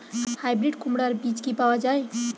Hybrid কুমড়ার বীজ কি পাওয়া য়ায়?